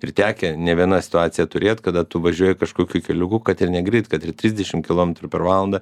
ir tekę ne viena situacija turėt kada tu važiuoji kažkokiu keliuku kad ir negreit kad ir trisdešim kilometrų per valandą